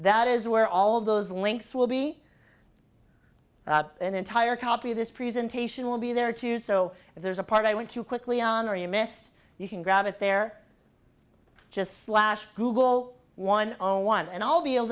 that is where all those links will be an entire copy of this presentation will be there too so if there's a part i want to quickly on or you missed you can grab it there just slash google one o one and all be able